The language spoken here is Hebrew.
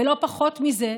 ולא פחות מזה,